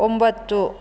ಒಂಬತ್ತು